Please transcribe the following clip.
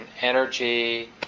energy